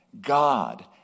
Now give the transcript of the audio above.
God